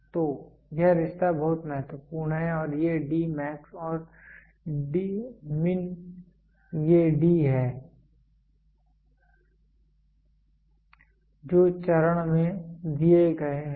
तो यह रिश्ता बहुत महत्वपूर्ण है और ये D मैक्स और मिन ये D हैं जो चरण में दिए गए हैं